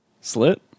Slit